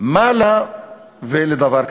מה לה ולדבר כזה?